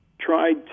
tried